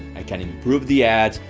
i can improve the ad,